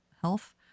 health